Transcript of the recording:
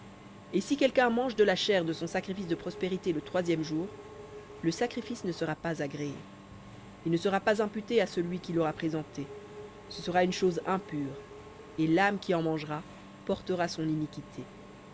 et si quelqu'un mange de la chair de son sacrifice de prospérités le troisième jour ne sera pas agréé il ne sera pas imputé à celui qui l'aura présenté ce sera une chose impure et l'âme qui en mangera portera son iniquité